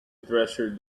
treasure